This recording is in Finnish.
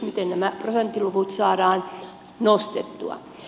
miten nämä prosenttiluvut saadaan nostettua